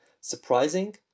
Surprising